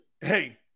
Hey